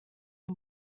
uwo